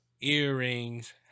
earrings